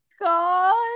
god